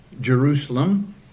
Jerusalem